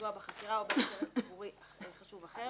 לפגוע בחקירה או באינטרס ציבורי חשוב אחר,